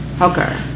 Okay